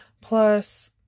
Plus